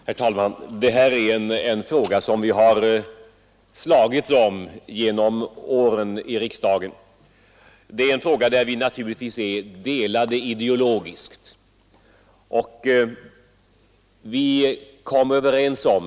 Herr talman! Detta är en fråga som vi har slagits om i riksdagen genom åren och där vi naturligtvis är delade ideologiskt.